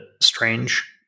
strange